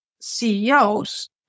CEOs